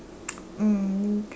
um